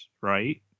right